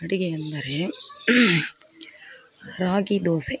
ಅಡಿಗೆ ಎಂದರೆ ರಾಗಿ ದೋಸೆ